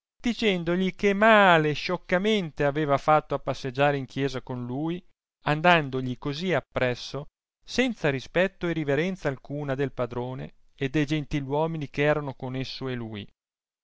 dicendogli che male e scioccamente aveva fatto a passeggiare in chiesa con lui andandogli così appresso senza rispetto e riverenza alcuna del padrone e de gentil uomini ch'erano con esso e lui